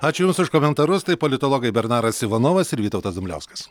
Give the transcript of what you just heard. ačiū jums už komentarus tai politologai bernaras ivanovas ir vytautas dumbliauskas